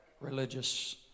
religious